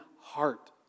heart